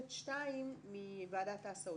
האופציה השנייה להבנתי ואולי צריך לחדד את זה היא מקרה זמני.